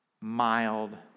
mild